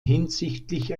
hinsichtlich